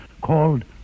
called